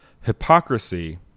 Hypocrisy